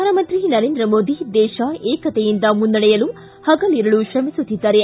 ಪ್ರಧಾನಮಂತ್ರಿ ನರೇಂದ್ರ ಮೋದಿ ದೇಶ ಏಕತೆಯಿಂದ ಮುನ್ನಡೆಯಲು ಪಗಲಿರುಳು ಶ್ರಮಿಸುತ್ತಿದ್ದಾರೆ